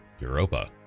Europa